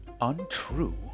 untrue